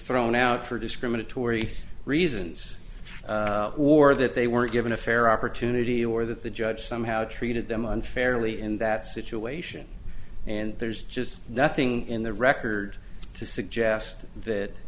thrown out for discriminatory reasons or that they weren't given a fair opportunity or that the judge somehow treated them unfairly in that situation and there's just nothing in the record to suggest that